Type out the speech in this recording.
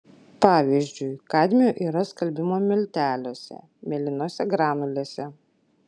pavyzdžiui kadmio yra skalbimo milteliuose mėlynose granulėse